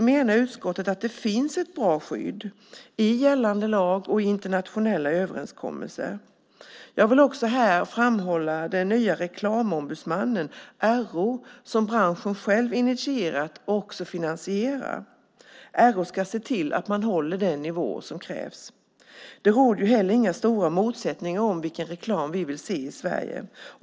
menar utskottet att det finns ett bra skydd i gällande lag och i internationella överenskommelser. Jag vill också här framhålla den nya reklamombudsmannen, RO, som branschen själv initierat och också finansierar. RO ska se till att man håller den nivå som krävs. Det råder heller inga stora motsättningar om vilken reklam vi vill se i Sverige.